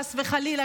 חס וחלילה,